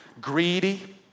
greedy